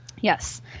Yes